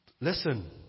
Listen